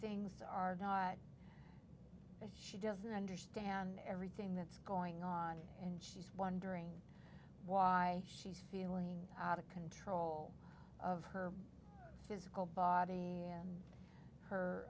things are not and she doesn't understand everything that's going on and she's wondering why she's feeling out of control of her physical body and